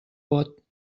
vot